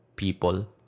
People